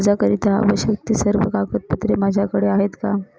कर्जाकरीता आवश्यक ति सर्व कागदपत्रे माझ्याकडे आहेत का?